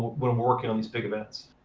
when we're working on these big events.